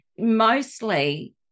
Mostly